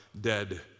dead